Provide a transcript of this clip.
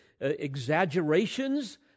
exaggerations